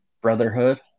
Brotherhood